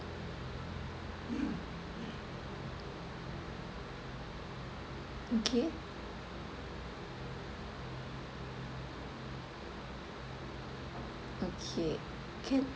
okay okay